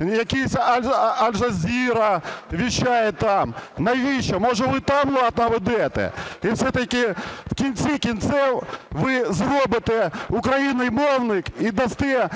Якийсь "Аль-Джазіра" вещает там. Навіщо? Може, ви там лад наведете, і все-таки в кінці кінців ви зробите український мовник, і дасте